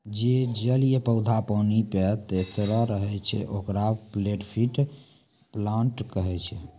जे जलीय पौधा पानी पे तैरतें रहै छै, ओकरा फ्लोटिंग प्लांट कहै छै